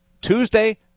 Tuesday